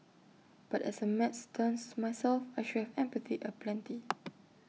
but as A maths dunce myself I should have empathy aplenty